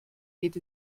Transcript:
geht